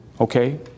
Okay